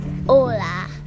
Hola